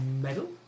medal